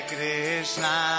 Krishna